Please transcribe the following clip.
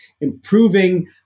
improving